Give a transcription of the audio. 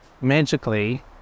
magically